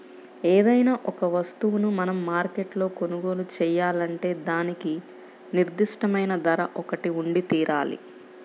ఏదైనా ఒక వస్తువును మనం మార్కెట్లో కొనుగోలు చేయాలంటే దానికి నిర్దిష్టమైన ధర ఒకటి ఉండితీరాలి